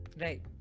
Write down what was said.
Right